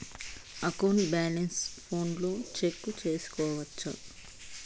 account balance ఫోనులో check సేసుకోవచ్చా